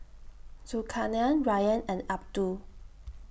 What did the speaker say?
Zulkarnain Ryan and Abdul